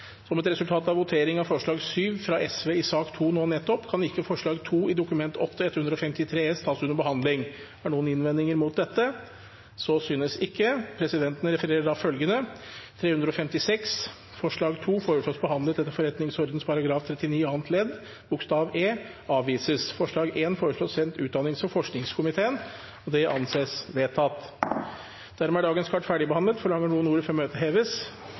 som er endelig avgjort, bringes frem igjen eller tas opp på nytt i samme stortingssesjon. Som et resultat av voteringen over forslag nr. 7 fra Sosialistisk Venstreparti i sak nr. 2 nå nettopp kan ikke forslag nr. 2 i Dokument 8:153 S tas under behandling. Er det noen innvendinger mot det? – Så synes ikke. Presidenten refererer da følgende: Forslag nr. 2 foreslås behandlet etter forretningsordenen § 39 annet ledd bokstav e – avvises. Forslag nr. 1 foreslås sendt utdannings- og forskningskomiteen. – Det anses